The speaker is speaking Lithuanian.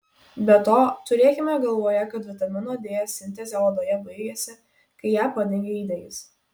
be to turėkime galvoje kad vitamino d sintezė odoje baigiasi kai ją padengia įdegis